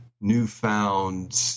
newfound